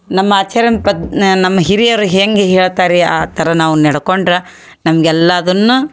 ನಮ್ಮ ಆಚರ್ಣ್ ಪದ ನಮ್ಮ ಹಿರಿಯರು ಹೆಂಗೆ ಹೇಳ್ತಾರೆ ರೀ ಆ ಥರ ನಾವು ನೆಡ್ಕೊಂಡ್ರೆ ನಮ್ಗೆ ಎಲ್ಲದನ್ನೂ